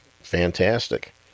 fantastic